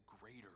greater